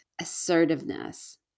assertiveness